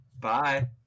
Bye